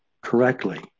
correctly